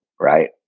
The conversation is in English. right